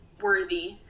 worthy